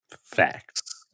Facts